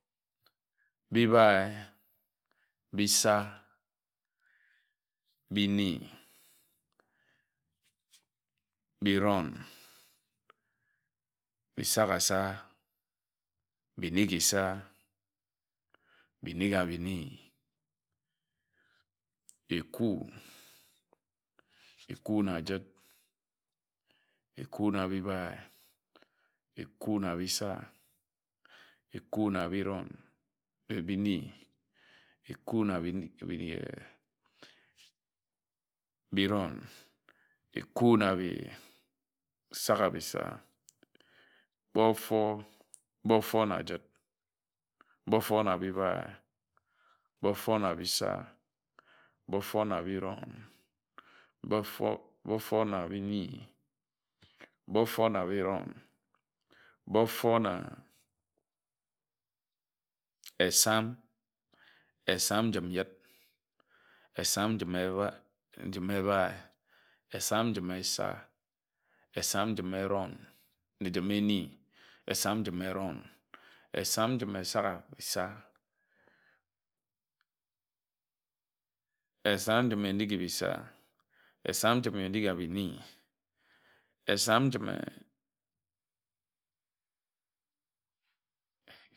Bi bae bi isa bi ini bi irón Esaghasa Bi enighisa bi enigha-bi-ini Ekú Eku na jid Eku na bi ibae Eku na bi isa Eku na bi iro̅n Kpe bi ini Eku na bi iro̅n Eku na bi isagha bi isa kpe ófor Ba ófor na jid Ba ófor na bi ibae Ba ófor na bi isá Ba ófor na bi iron Ba ófor na bi ini Ba ofor na bi iron Ba ófor na bi ini Ba ófor na bi irón Ba ófor na esam Esam njim jid Esam njim ebae Esam njim esa Esam njim eron Njim eni Esam njim eron̄ Esam njim esaghasa Esam njim enighi bi sa Esam njim enigha bi ini Esam njim e